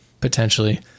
potentially